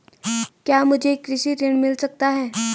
क्या मुझे कृषि ऋण मिल सकता है?